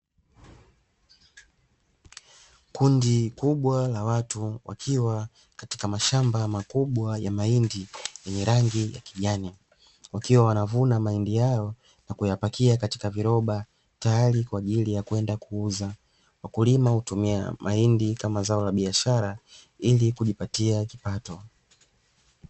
Kundi kubwa la watu wakiwa katika mashamba makubwa ya mahindi yenye rangi ya kijani wakiwa wanavuna mahindi yao na kuyapakia katika viroba tayari kwa ajili ya kwenda kuuza. Wakulima hutumia mahindi kama zao la biashara ili kujipatia kipato.